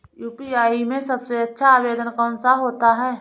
UPI में सबसे अच्छा आवेदन कौन सा होता है?